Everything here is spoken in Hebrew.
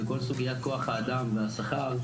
בכל סוגיית כוח האדם והשכר,